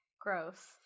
Gross